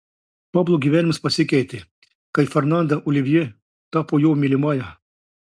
pablo gyvenimas pasikeitė kai fernanda olivjė tapo jo mylimąja